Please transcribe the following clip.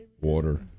Water